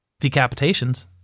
decapitations